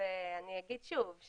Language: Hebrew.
אגיד שוב,